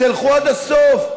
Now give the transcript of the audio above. תלכו עד הסוף.